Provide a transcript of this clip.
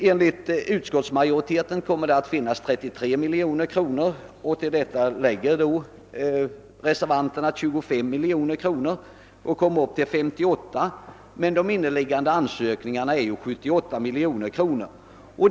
Enligt utskottsmajoritetens uppfattning kommer det att finnas 33 miljoner kronor. Till detta lägger reservanterna 25 miljoner kronor och kommer därmed upp till 58 miljoner, men de inneliggande ansökningarna uppgår till 78 miljoner kronor.